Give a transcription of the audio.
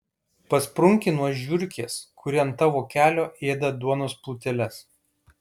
pasprunki nuo žiurkės kuri ant tavo kelio ėda duonos pluteles